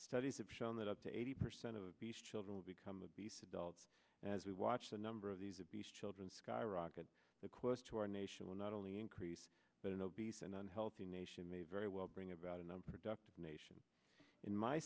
studies have shown that up to eighty percent of children will become obese adults as we watch the number of these obese children skyrocket the quest to our nation will not only increase but an obese and unhealthy nation may very well bring about a number productive nation in my